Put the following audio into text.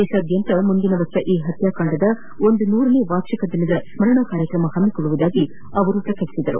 ದೇಶಾದ್ಯಂತ ಮುಂದಿನ ವರ್ಷ ಈ ಹತ್ಯಾಕಾಂಡದ ಒಂದು ನೂರನೇ ವಾರ್ಷಿಕ ದಿನದ ಸ್ಮರಣಾ ಕಾರ್ಯಕ್ರಮ ಹಮ್ಮಿಕೊಳ್ಳುವುದಾಗಿ ಪ್ರಕಟಿಸಿದರು